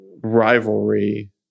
rivalry